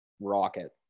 rocket